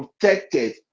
protected